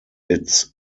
its